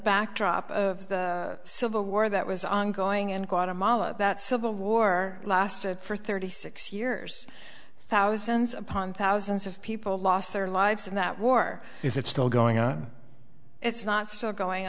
backdrop of the civil war that was ongoing in guatemala about civil war lasted for thirty six years thousands upon thousands of people lost their lives in that war is it still going on it's not so going